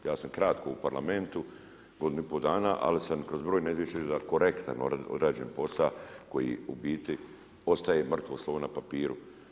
Ja sam kratko u Parlamentu godinu i pol dana, ali sam kroz brojna izvješća … korektno odrađen posao koji u biti ostaje mrtvo slovo na papiru.